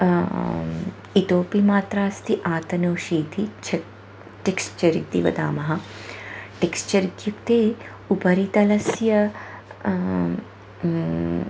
इतोपि मात्रा अस्ति आतनोषि इति च टेक्स्चर् इति वदामः टेक्स्चर् इत्युक्ते उपरितलस्य